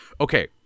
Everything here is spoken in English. okay